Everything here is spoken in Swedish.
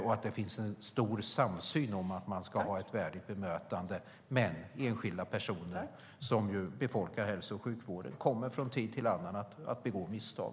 Det finns en stor samsyn om att man ska ha ett värdigt bemötande, men enskilda personer som befolkar hälso och sjukvården kommer från tid till annan att begå misstag.